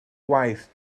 gwaith